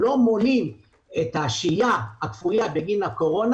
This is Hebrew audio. שלא מונים את השהייה הכפויה בגין הקורונה